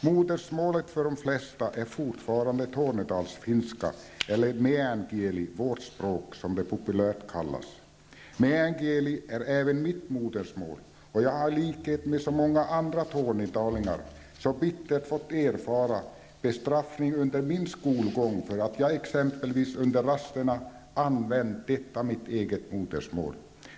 Modersmålet för de flesta är fortfarande tornedalsfinska, eller ''Meän kieli'' vårt språk, som det populärt kallas. Meän kieli är även mitt modersmål, och jag har i likhet med så många andra tornedalingar bittert fått erfara bestraffning under min skolgång för att jag exempelvis under rasterna använt mitt eget modersmål.